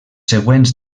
següents